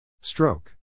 Stroke